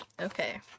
Okay